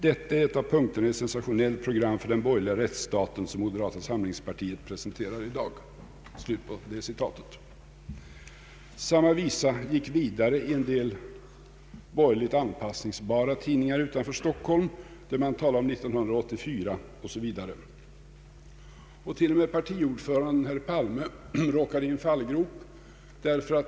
Detta är en av punkterna i ett sensationellt program för den borgerliga rättsstaten som moderata samlingspartiet presenterar i dag.” Samma visa återkom i en del borgerliga anpassningsbara tidningar utanför Stockholm, man talade om ”1984” osv. T.o.m. partiordföranden herr Palme råkade i en fallgrop.